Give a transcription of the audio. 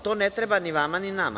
To ne treba ni vama ni nama.